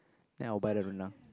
then I will buy the rendang